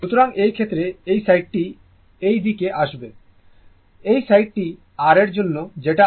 সুতরাং এই ক্ষেত্রে এই সাইডটি সেই দিকে আসবে এই সাইডটি r এর জন্য যেটা আমরা RMS মান বলি